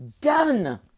Done